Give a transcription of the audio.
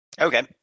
Okay